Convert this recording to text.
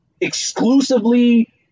exclusively